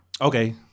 Okay